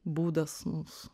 būdas mums